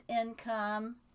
income